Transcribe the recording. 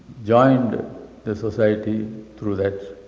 joined the society through that.